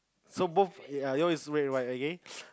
so both ya your is red white okay